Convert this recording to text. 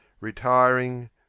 Retiring